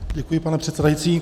Děkuji, pane předsedající.